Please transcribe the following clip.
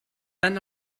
tant